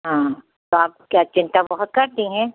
हाँ तो आप क्या चिन्ता बहुत करती हैं